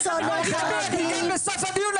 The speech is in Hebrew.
הוא -- דבי את הגעת בסוף הדיון,